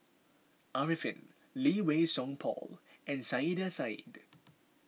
Arifin Lee Wei Song Paul and Saiedah Said